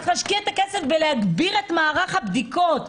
צריך להשקיע את הכסף בהגברת מערך הבדיקות,